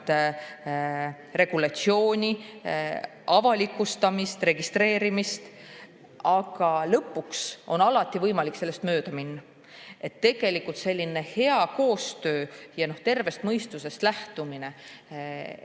regulatsiooni, avalikustamist, registreerimist, aga lõpuks on alati võimalik sellest mööda minna. Tegelikult hea koostöö ja tervest mõistusest lähtumine